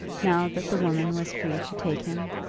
now that the woman was free to take him?